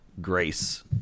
grace